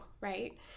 right